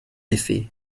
effet